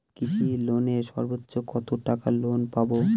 কৃষি লোনে সর্বোচ্চ কত টাকা লোন পাবো?